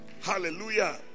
Hallelujah